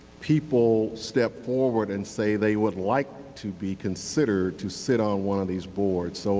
people step forward and say they would like to be considered to sit on one of these boards. so